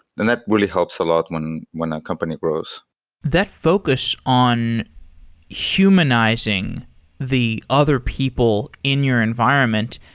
and that really helps a lot when when a company grows that focus on humanizing the other people in your environment,